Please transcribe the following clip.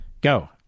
Go